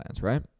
right